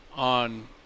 On